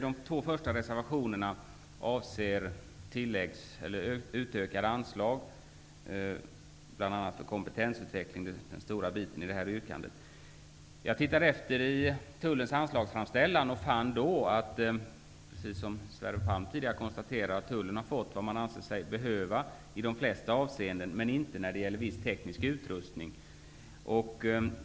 De två första reservationerna avser utökade anslag bl.a. till kompetensutveckling, som utgör den stora delen i detta betänkande. Jag tittade i Tullens anslagsframställan och fann, i likhet med Sverre Palms konstaterande, att Tullen i de flesta avseenden har fått vad man ansett sig behöva, men inte när det gäller viss teknisk utrustning.